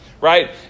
right